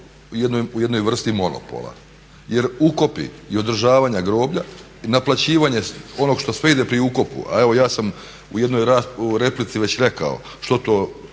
u jednoj vrsti monopola. Jer ukopi i održavanja groblja i naplaćivanje onog što sve ide pri ukopu, a evo ja sam u jednoj replici već rekao što to